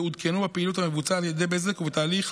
ועודכנו בפעילות המבוצעת על ידי בזק ובתהליך